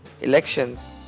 elections